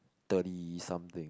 thirty something